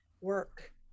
work